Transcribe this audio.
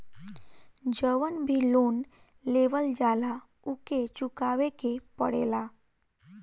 जवन भी लोन लेवल जाला उके चुकावे के पड़ेला